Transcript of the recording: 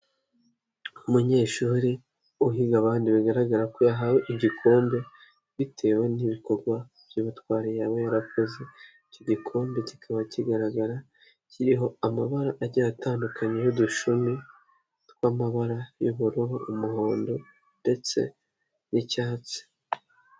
Umunyeshuri uhiga abandi bigaragara ko yahawe igikombe, bitewe n'ibikorwa by'ubutwari yaba yarakoze, icyo gikombe kikaba kigaragara, kiriho amabara agiye atandukanye n'udushumi tw'amabara y'ubururu, umuhondo ndetse n'icyatsi.